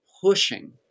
pushing